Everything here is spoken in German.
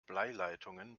bleileitungen